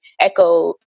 echo